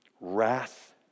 Wrath